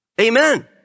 Amen